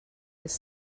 his